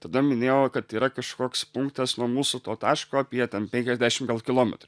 tada minėjo kad yra kažkoks punktas nuo mūsų to taško apie ten penkiasdešim kilometrų